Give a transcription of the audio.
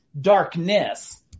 darkness